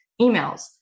emails